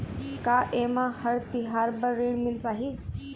का ये म हर तिहार बर ऋण मिल पाही?